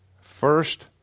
first